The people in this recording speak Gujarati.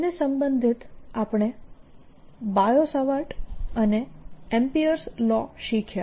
તેને સંબંધિત આપણે બાયો સાવર્ટ અને એમ્પીર્સ લો શીખ્યા